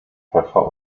pfeffer